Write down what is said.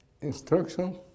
instruction